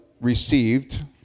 received